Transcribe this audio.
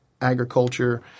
agriculture